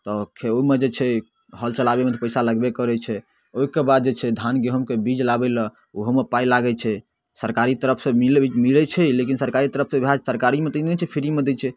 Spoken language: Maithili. तऽ ओहिमे जे छै हल चलाबैमे पइसा लगबे करै छै ओहिके बाद जे छै धान गहूमके बीज लाबैलए ओहूमे पाइ लागै छै सरकारी तरफसँ मिल मिलै छै लेकिन सरकारी तरफसँ वएह सरकारीमे ई नहि छै फ्रीमे दै छै